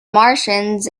martians